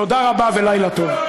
תודה רבה ולילה טוב.